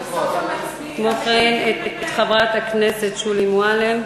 כמו כן, את חברת הכנסת שולי מועלם,